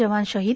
जवान शहीद